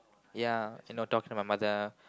ya you know talk to my mother